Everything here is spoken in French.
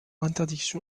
interdiction